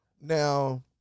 Now